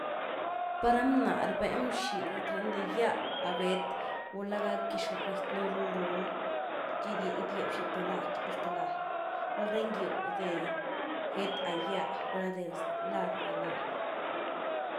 Par ra bna’h rbeny bxidy gëquy ra, de gyá a gét, gula’ gac gytx-gëquy’un rul-rul, txi gydie bxidy th lad, txidu sth’ lad, val ra ngiyw de gét a gyá, gula’ de lad a lad.